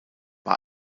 war